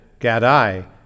Gadai